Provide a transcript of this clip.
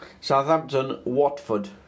Southampton-Watford